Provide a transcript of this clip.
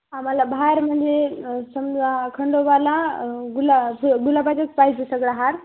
आम्हाला बाहेर म्हणजे समजा खंडोबाला गुला फु गुलाबाचंच पाहिजे सगळं हार